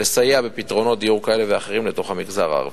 לסייע בפתרונות דיור כאלה ואחרים בתוך המגזר הערבי.